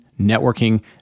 networking